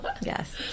Yes